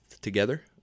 together